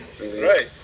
Right